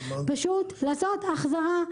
פשוט לעשות החזרה.